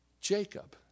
Jacob